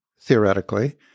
theoretically